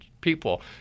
people